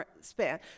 span